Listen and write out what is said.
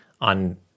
on